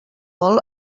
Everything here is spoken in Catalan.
vol